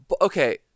Okay